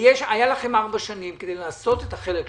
היו לכם ארבע שנים לעשות את החלק שלכם,